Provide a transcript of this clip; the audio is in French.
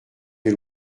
des